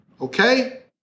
Okay